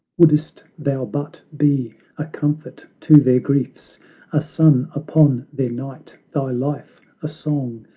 wouldst thou but be a comfort to their griefs a sun upon their night thy life a song,